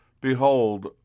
behold